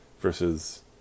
versus